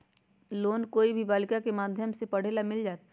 Loan कोई भी बालिका के माध्यम से पढे ला मिल जायत?